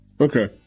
Okay